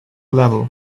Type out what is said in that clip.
level